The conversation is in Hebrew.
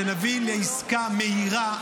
שנביא לעסקה מהירה,